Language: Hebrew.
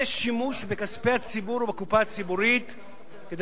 זה שימוש בכספי הציבור ובקופה הציבורית כדי